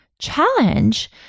challenge